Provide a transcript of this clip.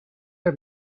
the